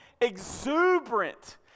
exuberant